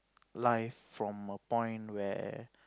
life from a point where